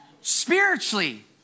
Spiritually